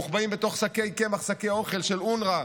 מוחבאים בתוך שקי קמח ושקי אוכל של אונר"א.